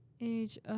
Age